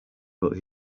but